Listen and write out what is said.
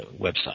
website